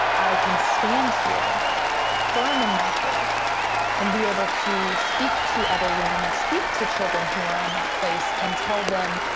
i can stand here firm in my faith and be able to speak to other women and speak to children who are in and that place and tell them,